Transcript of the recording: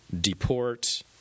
deport